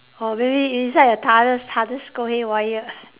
oh maybe inside a